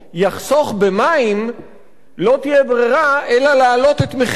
במים לא תהיה ברירה אלא להעלות את מחיר המים,